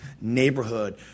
neighborhood